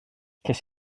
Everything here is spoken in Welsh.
ces